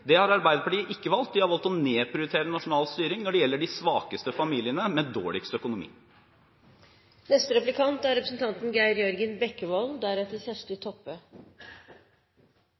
Det har Arbeiderpartiet ikke valgt – de har valgt å nedprioritere nasjonal styring når det gjelder de svakeste familiene med dårligst økonomi. Jeg synes det er